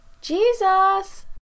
Jesus